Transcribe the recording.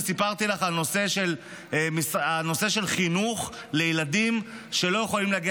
וסיפרתי לך על נושא של חינוך לילדים שלא יכולים להגיע